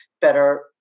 better